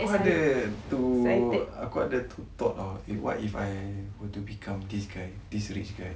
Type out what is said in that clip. aku ada tu aku ada tu thought [tau] eh what if I were to become this guy this rich guy